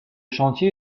chantier